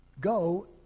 Go